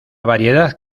variedad